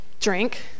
drink